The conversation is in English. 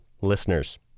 listeners